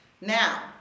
Now